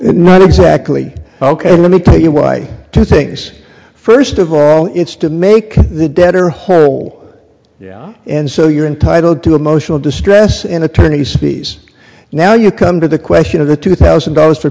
not exactly ok let me tell you why two things first of all it's to make the debtor whole yeah and so you're entitled to emotional distress and attorney's fees now you come to the question of the two thousand dollars for